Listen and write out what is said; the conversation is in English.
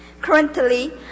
Currently